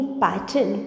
pattern